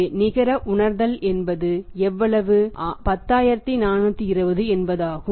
எனவே நிகர உணர்தல் என்பது எவ்வளவு 10420 என்பது ஆகும்